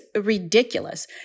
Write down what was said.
ridiculous